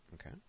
Okay